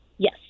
Yes